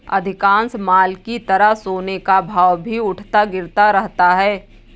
अधिकांश माल की तरह सोने का भाव भी उठता गिरता रहता है